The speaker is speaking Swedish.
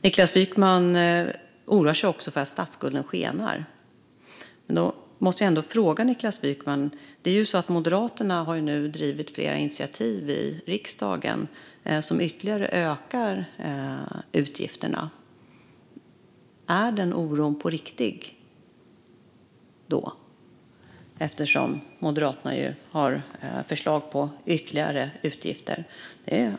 Niklas Wykman oroar sig också för att statsskulden skenar. Då måste jag ändå ställa en fråga till Niklas Wykman. Moderaterna har drivit flera initiativ i riksdagen som ytterligare ökar utgifterna. Är denna oro på riktigt? Jag undrar eftersom Moderaterna har förslag på ytterligare utgifter.